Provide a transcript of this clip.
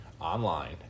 online